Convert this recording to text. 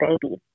baby